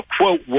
quote